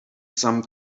some